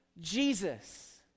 Jesus